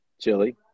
Chili